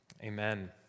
Amen